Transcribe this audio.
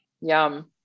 Yum